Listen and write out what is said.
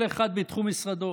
כל אחד בתחום משרדו,